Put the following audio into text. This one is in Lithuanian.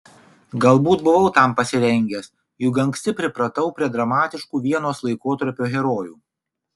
galbūt buvau tam pasirengęs juk anksti pripratau prie dramatiškų vienos laikotarpio herojų